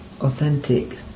authentic